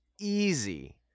easy